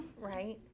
Right